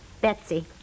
Betsy